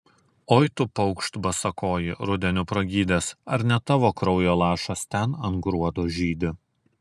oi tu paukšt basakoji rudeniu pragydęs ar ne tavo kraujo lašas ten ant gruodo žydi